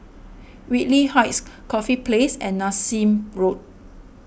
Whitley Heights Corfe Place and Nassim Road